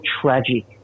tragic